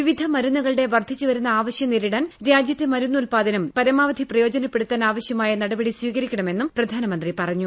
വിവിധ മരുന്നുകളുടെ വർദ്ധിച്ചുവരുന്ന ആവശ്യം നേരിടാൻ രാജ്യത്തെ മരുന്ന് ഉത്പാദനം പരമാവധി പ്രയോജനപ്പെടുത്താൻ ആവശ്യമായ നടപടി സ്വീകരിക്കണമെന്നും പ്രധാനമന്ത്രി പറഞ്ഞു